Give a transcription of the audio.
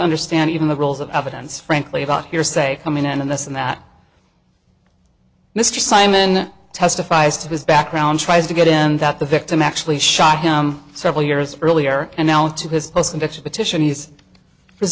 understand even the rules of evidence frankly about hearsay coming in and that's in that mr simon testifies to his background tries to get in that the victim actually shot him several years earlier and now to this